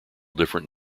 different